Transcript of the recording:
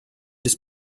des